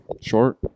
Short